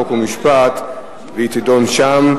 חוק ומשפט ותידון שם.